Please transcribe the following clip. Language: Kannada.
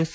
ಎಸ್